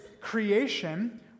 creation